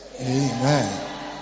amen